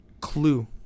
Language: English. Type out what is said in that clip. Clue